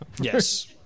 Yes